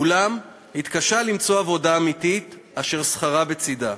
אולם הוא התקשה למצוא עבודה אמיתית אשר שכרה בצדה,